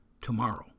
tomorrow